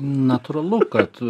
natūralu kad